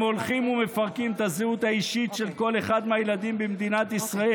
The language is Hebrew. הם הולכים ומפרקים את הזהות האישית של כל אחד מהילדים במדינת ישראל.